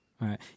right